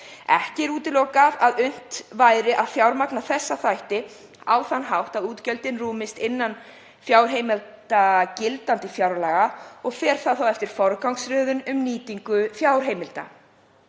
Ekki er útilokað að unnt væri að fjármagna þessa þætti á þann hátt að útgjöldin rúmist innan fjárheimilda gildandi fjárlaga og fer það þá eftir forgangsröðun um nýtingu fjárheimilda.